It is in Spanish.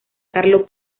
carlos